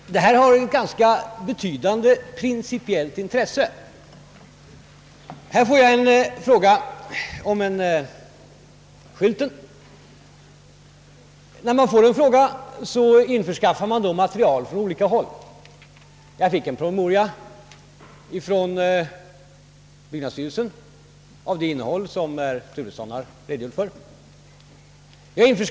Herr talman! Denna fråga har ett ganska betydande principiellt intresse. Här har jag fått en fråga rörande en skylt. Därför har jag införskaffat material från olika håll, bl.a. en promemoria från byggnadsstyrelsen med det innehåll som herr Turesson redogjort för.